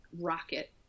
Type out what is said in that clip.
rocket